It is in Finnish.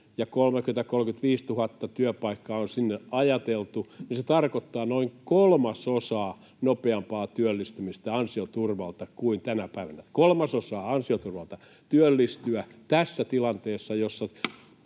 ja 30 000—35 000 työpaikkaa on sinne ajateltu, niin se tarkoittaa noin kolmasosan nopeampaa työllistymistä ansioturvalta kuin tänä päivänä, kolmasosan nopeampaa ansioturvalta työllistymistä tässä tilanteessa,